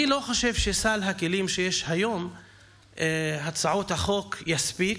אני לא חושב שסל הכלים שיש היום בהצעות החוק יספיק,